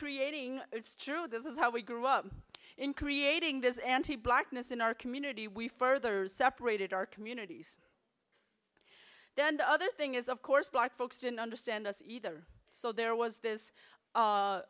creating it's true this is how we grew up in creating this anti blackness in our community we further separated our communities then the other thing is of course black folks didn't understand us either so there was